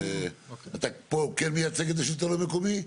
אתה פה כן מייצג את השלטון המקומי?